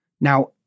Now